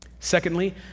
Secondly